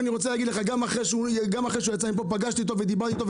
גם אחרי שהוא יצא מפה פגשתי אותו ודיברתי איתו,